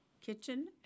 kitchen